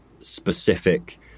specific